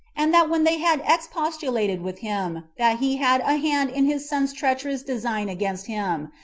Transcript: and that when they had ex postulated with him, that he had a hand in his son's treacherous design against him,